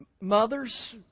Mothers